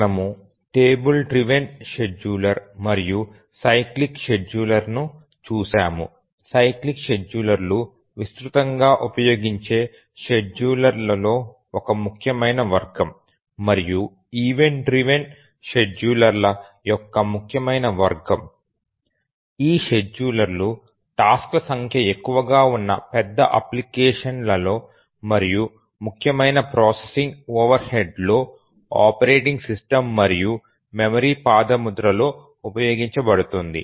మనము table driven scheduler మరియు cyclic షెడ్యూలర్లను చూశాము సైక్లిక్ షెడ్యూలర్లు విస్తృతంగా ఉపయోగించే షెడ్యూలర్లలో ఒక ముఖ్యమైన వర్గం మరియు ఈవెంట్ డ్రివెన్ షెడ్యూలర్లు షెడ్యూలర్ల యొక్క ముఖ్యమైన వర్గం ఈ షెడ్యూలర్లు టాస్క్ ల సంఖ్య ఎక్కువగా ఉన్న పెద్ద అప్లికేషన్లలో మరియు ముఖ్యమైన ప్రాసెసింగ్ ఓవర్హెడ్లో ఆపరేటింగ్ సిస్టమ్ మరియు మెమరీ పాదముద్రలో ఉపయోగించబడుతుంది